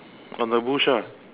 on the bush ah